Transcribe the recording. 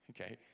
Okay